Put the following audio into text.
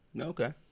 Okay